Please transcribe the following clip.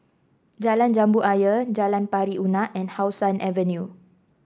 Jalan Jambu Ayer Jalan Pari Unak and How Sun Avenue